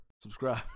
Subscribe